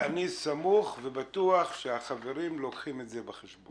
אני סמוך ובטוח שהחברים לוקחים את זה בחשבון.